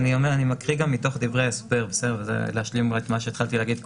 אני מקריא גם מתוך דברי ההסבר כדי להשלים את מה שהתחלתי להגיד קודם.